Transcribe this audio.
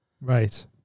right